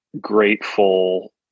grateful